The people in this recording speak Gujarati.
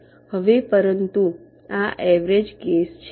હવે પરંતુ આ એવ્રેજ કેસ છે